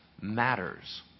matters